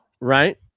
right